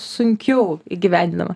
sunkiau įgyvendinama